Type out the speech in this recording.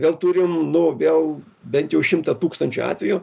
vėl turim nu vėl bent jau šimtą tūkstančių atvejų